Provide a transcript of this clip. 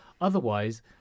Otherwise